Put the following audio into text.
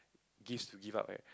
gifts to give out right